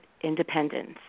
independence